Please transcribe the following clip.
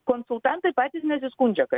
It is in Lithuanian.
konsultantai patys nesiskundžia kad